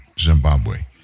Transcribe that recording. Zimbabwe